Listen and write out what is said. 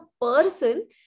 person